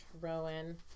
Rowan